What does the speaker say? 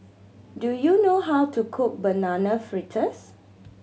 do you know how to cook Banana Fritters